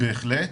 בהחלט.